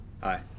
Hi